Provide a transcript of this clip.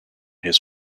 his